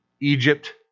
Egypt